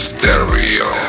Stereo